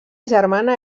germana